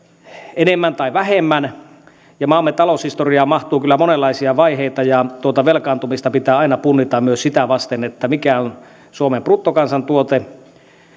enemmän tai vähemmän maamme taloushistoriaan mahtuu kyllä monenlaisia vaiheita ja tuota velkaantumista pitää aina punnita myös sitä vasten mikä on suomen bruttokansantuote